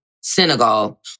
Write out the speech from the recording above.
Senegal